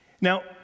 Now